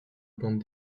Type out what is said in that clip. bande